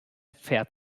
pferd